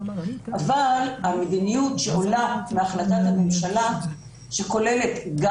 אבל המדיניות שעולה מהחלטת הממשלה שכוללת גם